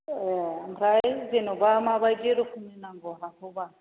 ए ओमफ्राय जेनेबा माबायदि रोखोमनि नांगौ माखौबा